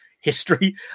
history